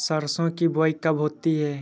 सरसों की बुआई कब होती है?